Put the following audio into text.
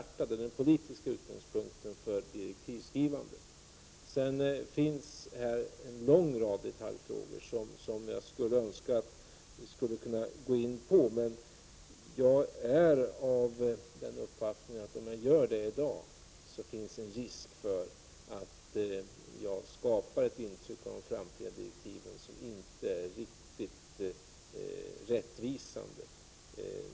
Det är alltså den politiska utgångspunkten för direktivskrivandet. Det finns en lång rad detaljfrågor som jag skulle önska att vi kunde gå in på. Men jag är av den uppfattningen att det, om jag gör det i dag, finns en risk för att jag skapar ett intryck i fråga om de framtida direktiven som inte är riktigt rättvisande.